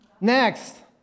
Next